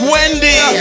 Wendy